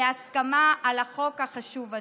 להסכמה על החוק החשוב הזה.